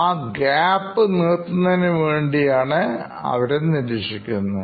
ആ ഗ്യാപ്പ് നികത്തുന്നതിന് വേണ്ടിയാണ്നിരീക്ഷിക്കുന്നത്